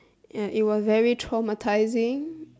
ya it was very traumatising